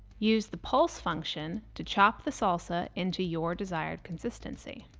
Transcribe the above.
use the pulse function to chop the salsa into your desired consistency.